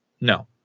no